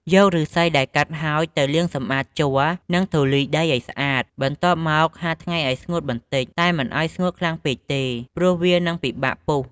យកឫស្សីដែលកាត់ហើយទៅលាងសម្អាតជ័រ និងធូលីដីឱ្យស្អាត។ បន្ទាប់មកហាលថ្ងៃឱ្យស្ងួតបន្តិច តែមិនឱ្យស្ងួតខ្លាំងពេកទេ ព្រោះវានឹងពិបាកពុះ។